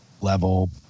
level